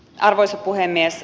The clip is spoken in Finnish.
arvoisa puhemies